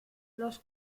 los